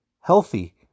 healthy